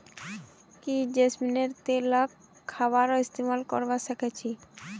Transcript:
की जैस्मिनेर तेलक खाबारो इस्तमाल करवा सख छ